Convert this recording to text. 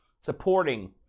supporting